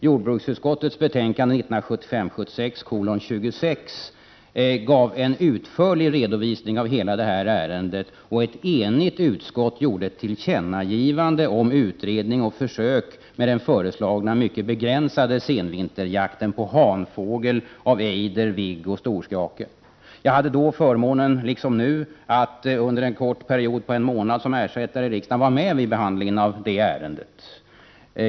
Jordbruksutskottets betänkande 1975/76:26 gav en utförlig redovisning av hela detta ärende, och ett enigt utskott gjorde ett tillkännagivande om utredning och försök med den föreslagna mycket begränsade senvinterjakten på hanfågel av ejder, vigg och storskrake. Jag hade då, liksom nu, förmånen att under en kort period på en månad som ersättare i riksdagen vara med vid behandlingen av det ärendet.